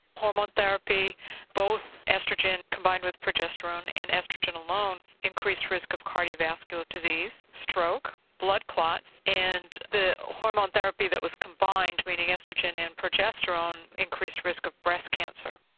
hormone therapy both oestrogen combined with progesterone and oestrogen alone increase risk of cardio vascular disease, stroke, blood clots and the hormone therapy that was combined meaning oestrogen and progesterone increase risk of breast cancer.